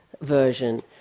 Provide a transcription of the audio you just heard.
version